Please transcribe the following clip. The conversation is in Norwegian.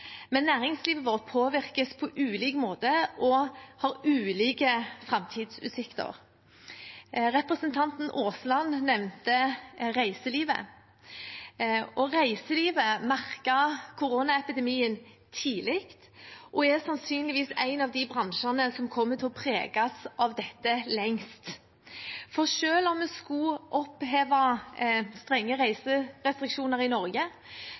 men næringslivet påvirkes på ulike måter og har ulike framtidsutsikter. Representanten Aasland nevnte reiselivet. Reiselivet merket koronaepidemien tidlig og er sannsynlig en av bransjene som kommer til å preges av dette lengst. Selv om vi skulle oppheve strenge reiserestriksjoner i Norge,